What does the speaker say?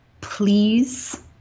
Please